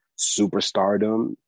superstardom